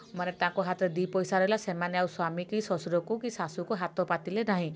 ମାନେ ତାଙ୍କ ହାତରେ ଦୁଇ ପଇସା ରହିଲା ସେମାନେ ଆଉ ସ୍ବାମୀ କି ଶ୍ୱଶୁରକୁ କିଏ ଶାଶୂକୁ ହାତ ପାତିଲେ ନାହିଁ